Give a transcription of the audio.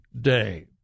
day